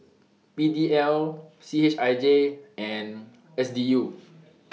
PDL CHIJ and SDU